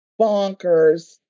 bonkers